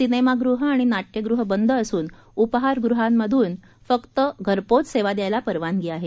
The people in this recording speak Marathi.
सिनेमागृहं आणि नाट्यगृहं बंद असून उपाहार गृहांमधून घरपोच सेवा द्यायला परवानगी आहे